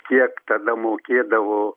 kiek tada mokėdavo